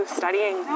studying